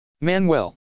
Manuel